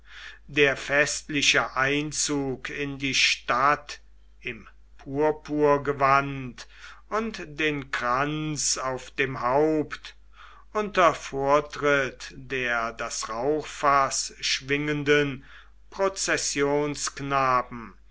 der festliche einzug in die stadt im purpurgewand und den kranz auf dem haupt unter vortritt der das rauchfaß schwingenden